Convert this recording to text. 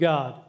God